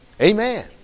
Amen